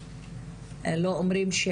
הלא אומרים,